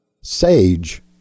sage